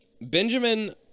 Benjamin